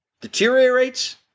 deteriorates